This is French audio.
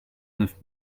neuf